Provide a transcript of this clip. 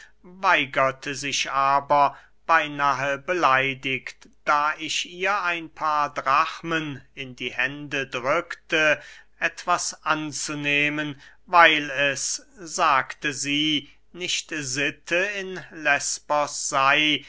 weigerte sich aber beynahe beleidigt da ich ihr ein paar drachmen in die hand drückte etwas anzunehmen weil es sagte sie nicht sitte in lesbos sey